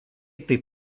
taip